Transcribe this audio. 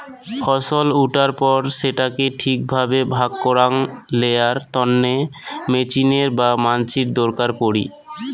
ফছল উঠার পর সেটাকে ঠিক ভাবে ভাগ করাং লেয়ার তন্নে মেচিনের বা মানসির দরকার পড়ি